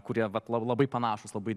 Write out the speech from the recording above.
kurie vat labai labai panašūs labai